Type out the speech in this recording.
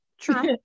True